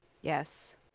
Yes